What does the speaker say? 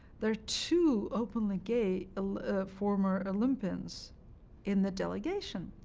there are two openly gay former olympians in the delegation.